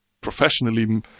professionally